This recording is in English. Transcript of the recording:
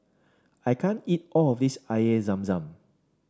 I can't eat all of this Air Zam Zam